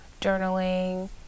journaling